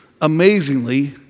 amazingly